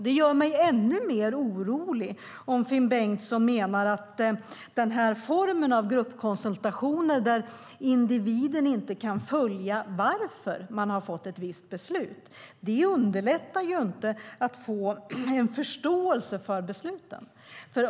Det gör mig ännu mer orolig om Finn Bengtsson menar att den formen av gruppkonsultationer där individen inte kan följa varför man har fått ett visst beslut är bra. Det underlättar inte att få en förståelse för besluten.